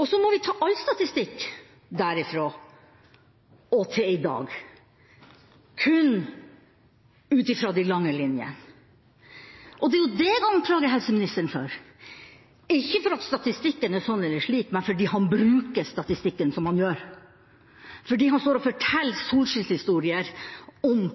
Så må vi ta all statistikk derfra og til i dag, kun ut fra de lange linjene, og det er det jeg anklager helseministeren for, ikke for at statistikken er sånn eller slik, men for at han bruker statistikken som han gjør, og står og forteller solskinnshistorier om